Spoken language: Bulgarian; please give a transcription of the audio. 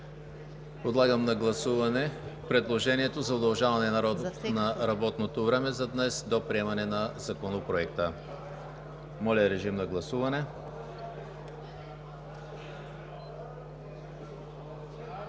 Подлагам на гласуване предложението за удължаване на работното време за днес до приемане на Законопроекта. Гласували